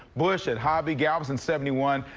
bush and hobby galveston seventy one.